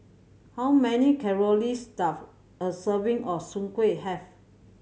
how many calories does a serving of Soon Kuih have